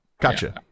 Gotcha